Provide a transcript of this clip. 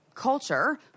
culture